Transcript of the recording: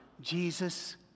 Jesus